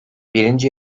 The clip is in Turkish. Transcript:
birinci